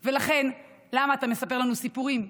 לכן, למה אתה מספר לנו סיפורים?